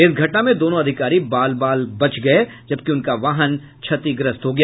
इस घटना में दोनों अधिकारी बाल बाल बच गए जबकि उनका वाहन क्षतिग्रस्त हो गया